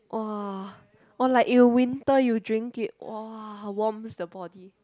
!wah! or like you winter you drink it !wah! warms the body